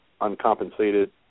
uncompensated